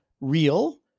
real